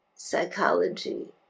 psychology